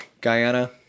Guyana